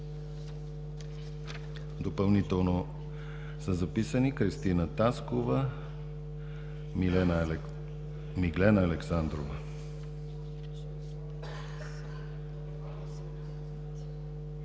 Допълнително са записани Кръстина Таскова и Миглена Александрова.